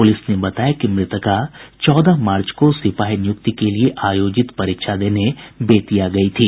police ने बताया कि मृतका चौदह मार्च को सिपाही नियुक्ति के लिये आयोजित परीक्षा देने बेतिया गयी थी